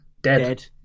dead